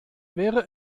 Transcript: wäre